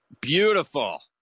beautiful